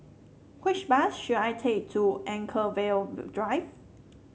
which bus should I take to Anchorvale Drive